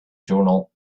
journal